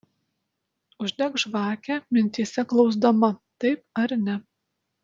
uždek žvakę mintyse klausdama taip ar ne